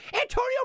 Antonio